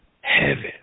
heaven